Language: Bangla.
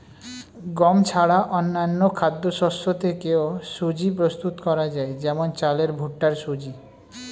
গম ছাড়া অন্যান্য খাদ্যশস্য থেকেও সুজি প্রস্তুত করা যায় যেমন চালের ভুট্টার সুজি